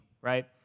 right